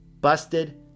busted